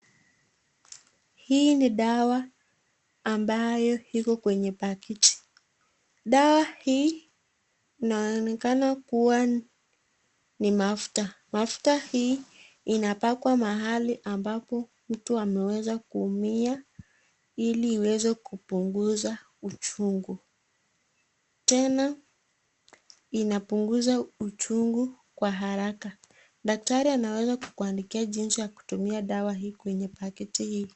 Hii ni dawa ambayo iko kwenye pakiti, dawa hii inaonekana kuwa ni mafuta, mafuta hii inapakwa mahali ambapo mtu ameweza kuumia ili iweze kupunguza uchungu, tena inapunguza uchungu kwa haraka, daktari anaweza kujuandikia jinsi ya kutumia dawa hii kwenye pakiti hii.